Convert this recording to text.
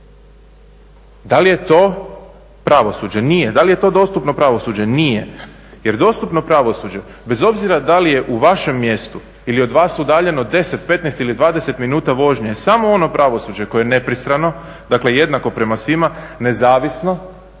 Da li je to pravosuđe? Nije. Da li je to dostupno pravosuđe? Nije. Jer dostupno pravosuđe bez obzira da li je u vašem mjestu ili je od vas udaljeno 10, 15 ili 20 minuta vožnje je samo ono pravosuđe koje je nepristrano, dakle jednako prema svima, nezavisno,